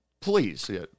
Please